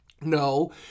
No